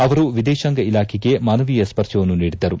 ಅವರು ವಿದೇತಾಂಗ ಇಲಾಖೆಗೆ ಮಾನವೀಯ ಸ್ಪರ್ಶವನ್ನು ನೀಡಿದ್ದರು